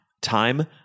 Time